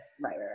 Right